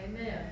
Amen